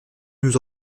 nous